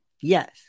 Yes